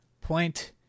point